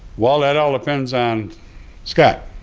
well, that all depends on scott